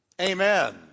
Amen